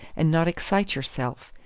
and not excite yourself.